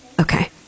Okay